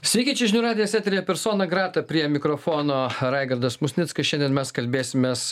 sveiki čia žinių radijas eteryje persona grata prie mikrofono raigardas musnickas šiandien mes kalbėsimės